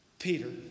Peter